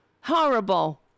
Horrible